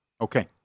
Okay